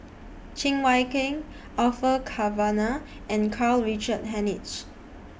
Cheng Wai Keung Orfeur Cavenagh and Karl Richard Hanitsch